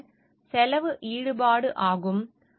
பின்னர் செலவு ஈடுபாடு ஆகும்